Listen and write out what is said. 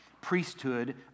priesthood